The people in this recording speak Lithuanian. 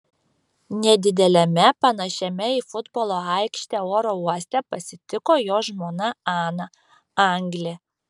nedideliame panašiame į futbolo aikštę oro uoste pasitiko jo žmona ana anglė